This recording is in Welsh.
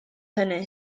hynny